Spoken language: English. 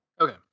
Okay